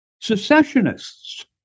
secessionists